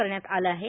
करण्यात आलं आहे